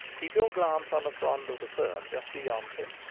keep your glance on a frond of the fern just beyond him,